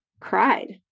cried